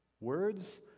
Words